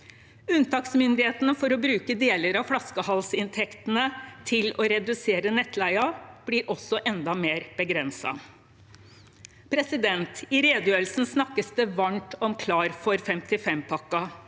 Unntaksmulighetene for å bruke deler av flaskehalsinntektene til å redusere nettleien blir også enda mer begrenset. I redegjørelsen snakkes det varmt om Klar for 55pakken.